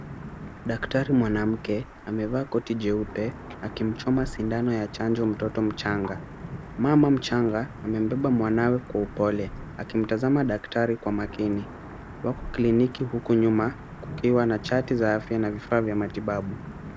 Daktari mwanamke, amevaa koti jeupe akimchoma sindano ya chanjo mtoto mchanga. Mama mchanga amembeba mwanawe kwa upole, akimtazama daktari kwa makini. Wako kliniki huku nyuma kukiwa na chati za afya na vifaa vya matibabu.